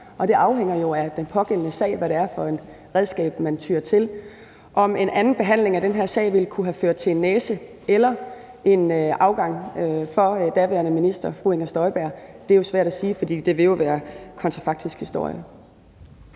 og det afhænger jo af den pågældende sag, hvad det er for et redskab, man tyer til. Om en anden behandling af den her sag ville kunne have ført til en næse eller en afgang for daværende minister fru Inger Støjberg, er jo svært at sige, for det ville jo være kontrafaktisk historie.